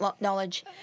knowledge